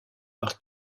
par